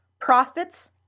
profits